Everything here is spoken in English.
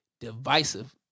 divisive